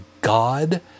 god